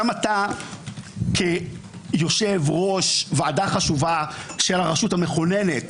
אתה כיושב-ראש ועדה חשובה של הרשות המכוננת,